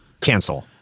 Cancel